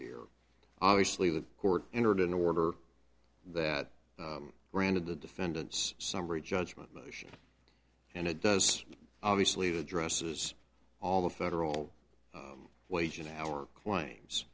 here obviously the court entered in order that granted the defendant's summary judgment motion and it does obviously addresses all the federal wage and hour claims